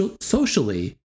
socially